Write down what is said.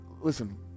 listen